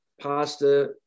pasta